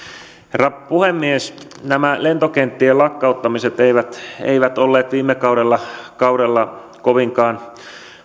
herra puhemies nämä lentokenttien lakkauttamiset eivät eivät olleet viime kaudella kaudella kovinkaan